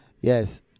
Yes